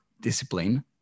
discipline